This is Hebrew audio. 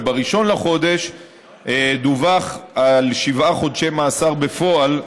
וב-1 בחודש דווח על שבעה חודשי מאסר בפועל,